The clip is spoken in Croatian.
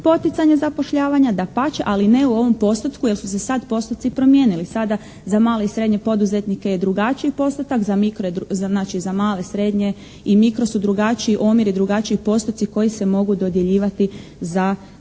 poticanje zapošljavanja, dapače ali ne u ovom postotku jer su se sada postoci promijenili. Sada za male i srednje poduzetnike je drugačiji postotak, znači za male, srednje i mikro su drugačiji omjeri, drugačiji postoci koji se mogu dodjeljivati za novo